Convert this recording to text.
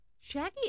Shaggy